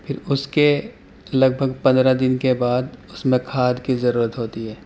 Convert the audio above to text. پھر اس کے لگ بھگ پندرہ دن کے بعد اس میں کھاد کی ضرورت ہوتی ہے